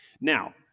Now